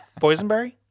boysenberry